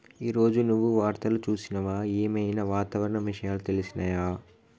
ఈ రోజు నువ్వు వార్తలు చూసినవా? ఏం ఐనా వాతావరణ విషయాలు తెలిసినయా?